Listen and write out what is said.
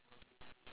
mm okay